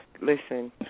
listen